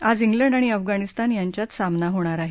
आज इंग्लंड आणि अफगाणिस्तान यांच्यात सामना होणार अहे